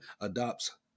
adopts